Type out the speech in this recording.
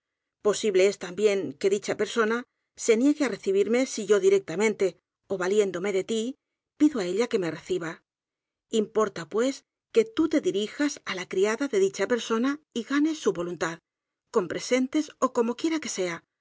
posible es también que dicha persona se niegue á recibirme si yo directamente ó valiéndome de tí pido á ella que me reciba importa pues que tú te dirijas á la criada de dicha persona y ganes su voluntad con presentes ó como quiera que sea